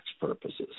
purposes